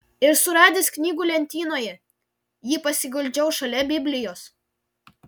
ir suradęs knygų lentynoje jį pasiguldžiau šalia biblijos